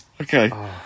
okay